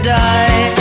die